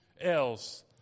else